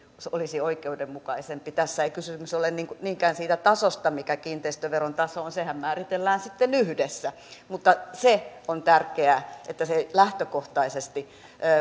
se olisi oikeudenmukaisempi tässä ei kysymys ole niinkään siitä tasosta mikä kiinteistöveron taso on sehän määritellään sitten yhdessä mutta se on tärkeää että se lähtökohtaisesti